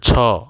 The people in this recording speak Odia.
ଛଅ